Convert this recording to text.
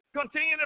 continue